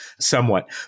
Somewhat